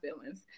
feelings